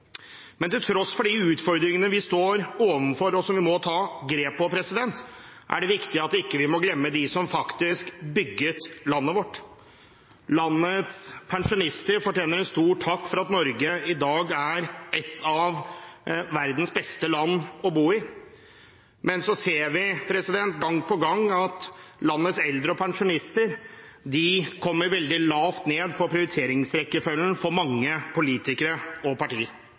Til tross for de utfordringene vi står overfor, og som vi må ta grep om, er det viktig ikke å glemme dem som faktisk bygget landet vårt. Landets pensjonister fortjener en stor takk for at Norge i dag er et av verdens beste land å bo i. Men så ser vi gang på gang at landets eldre og pensjonister kommer veldig lavt på prioriteringsrekkefølgen for mange politikere og partier